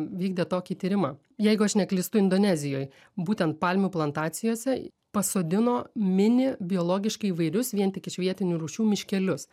vykdė tokį tyrimą jeigu aš neklystu indonezijoj būtent palmių plantacijose pasodino mini biologiškai įvairius vien tik iš vietinių rūšių miškelius